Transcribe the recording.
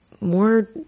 more